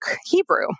Hebrew